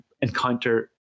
encounter